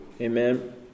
Amen